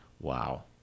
Wow